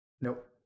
Nope